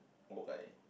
old guy